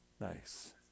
nice